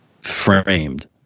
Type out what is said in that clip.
framed